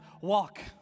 walk